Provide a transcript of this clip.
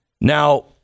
Now